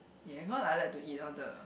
yea cause I like to eat all the